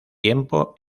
tiempo